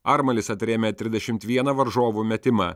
armalis atrėmė trisdešimt vieną varžovų metimą